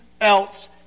else